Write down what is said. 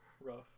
rough